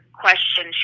question